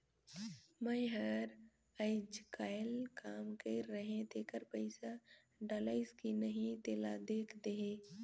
मै हर अईचकायल काम कइर रहें तेकर पइसा डलाईस कि नहीं तेला देख देहे?